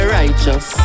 righteous